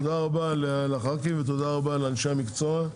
תודה רבה לח"כים ותודה רבה לאנשי המקצוע.